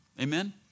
Amen